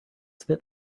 spit